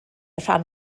rhan